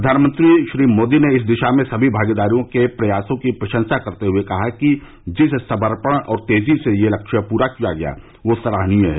प्रधानमंत्री श्री मोदी ने इस दिशा में सभी भागीदारों के प्रयासों की प्रशंसा करते हुए कहा कि जिस समर्पण और तेजी से यह लक्ष्य पूरा किया गया है वह सराहनीय है